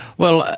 well,